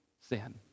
Sin